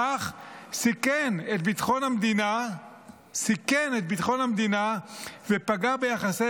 בכך סיכן את ביטחון המדינה ופגע ביחסי